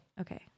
okay